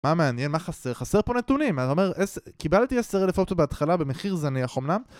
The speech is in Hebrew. מה מעניין? מה חסר? חסר פה נתונים! אתה אומר, קיבלתי 10 אלף אוטו בהתחלה במחיר זניח אמנם